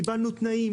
קיבלנו תנאים,